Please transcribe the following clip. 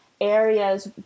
areas